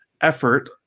effort